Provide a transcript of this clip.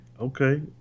okay